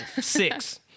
six